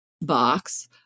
box